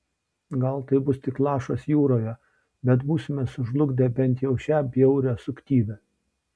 gal tai bus tik lašas jūroje bet būsime sužlugdę bent jau šią bjaurią suktybę